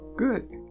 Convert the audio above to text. Good